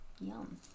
Yum